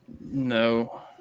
No